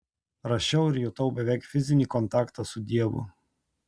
rašiau ir jutau beveik fizinį kontaktą su dievu